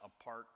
apart